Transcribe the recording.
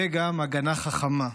וגם הגנה חכמה.